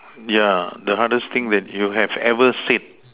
yeah the hardest thing that you have ever said